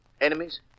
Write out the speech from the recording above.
Enemies